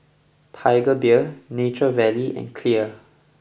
Tiger Beer Nature Valley and Clear